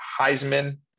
Heisman